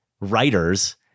writers